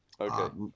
Okay